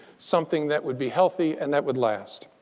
something that would be healthy and that would last.